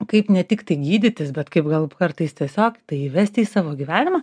kaip ne tik tai gydytis bet kaip gal kartais tiesiog tai įvesti į savo gyvenimą